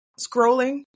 scrolling